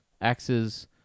axes